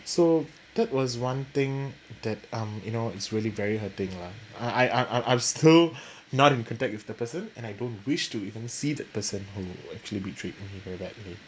so that was one thing that um you know it's really very hurting lah I I I I I'm still not in contact with the person and I don't wish to even see the person who actually betrayed me very badly